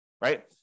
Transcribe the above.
right